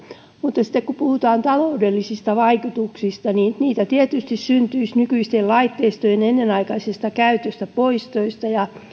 mutta sitten kun puhutaan taloudellisista vaikutuksista niin niitä tietysti syntyisi ennenaikaisista nykyisten laitteistojen käytöstä poistoista ja